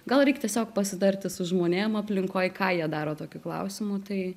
gal reik tiesiog pasitarti su žmonėm aplinkoj ką jie daro tokiu klausimu tai